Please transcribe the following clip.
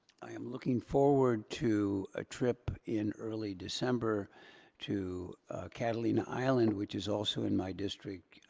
i am looking forward to a trip in early december to catalina island, which is also in my district,